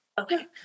okay